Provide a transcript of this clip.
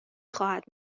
خواهد